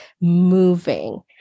moving